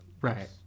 Right